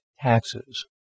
taxes